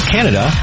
Canada